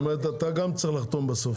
זאת אומרת, גם אתה צריך לחתום בסוף.